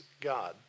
God